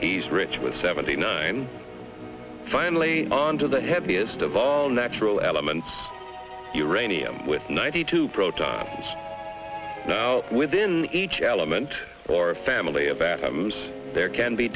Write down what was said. he's rich with seventy nine finally on to the heaviest of all natural elements uranium with ninety two protons now within each element or a family of atoms there can be